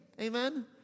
Amen